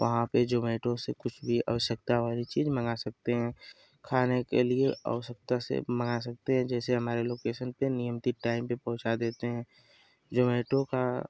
वहाँ पर जोमेटो से कुछ भी कोई आवश्यकता वाली चीज़ मँगा सकते हैं खाने के लिये आवश्यकता से मँगा सकते हैं जैसे हमारे लोकेसन पर नियमती टाइम पर पहुँचा देते हैं जोमेटो का